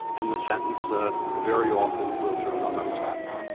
and the sentence ah very often will turn on those facts.